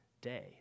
day